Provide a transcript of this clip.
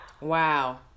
Wow